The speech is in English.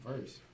first